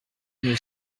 une